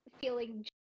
feeling